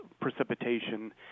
precipitation